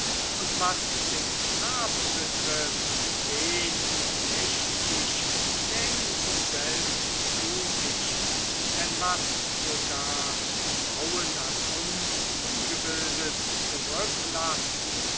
und was den knaben betrifft den dächt ich nähmen sie selbst zu sich denn was sogar die frauen an uns ungebildet